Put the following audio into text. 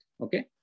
Okay